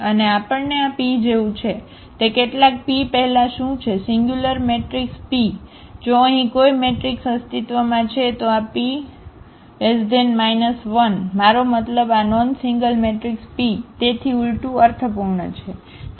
અને આપણને આ P જેવું છે તે કેટલાક P પહેલા શું છે સિંગ્યુલર મેટ્રિક્સ p જો અહીં કોઈ મેટ્રિક્સ અસ્તિત્વમાં છે તો આ P 1 મારો મતલબ આ નોન સિંગલ મેટ્રિક્સ p તેથી ઉલટું અર્થપૂર્ણ છે